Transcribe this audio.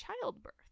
childbirth